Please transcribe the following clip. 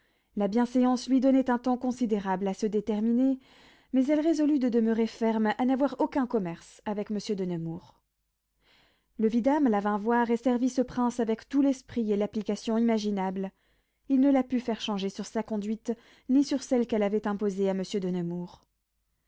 la bienséance lui donnait un temps considérable à se déterminer mais elle résolut de demeurer ferme à n'avoir aucun commerce avec monsieur de nemours le vidame la vint voir et servit ce prince avec tout l'esprit et l'application imaginables il ne la put faire changer sur sa conduite ni sur celle qu'elle avait imposée à monsieur de nemours